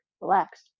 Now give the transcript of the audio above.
relax